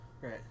Right